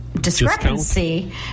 discrepancy